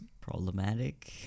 problematic